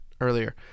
earlier